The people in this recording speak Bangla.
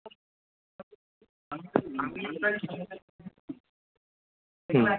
হুম